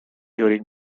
during